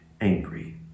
angry